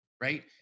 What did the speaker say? right